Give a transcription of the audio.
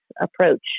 approach